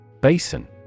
Basin